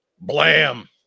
Blam